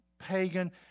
pagan